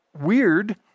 weird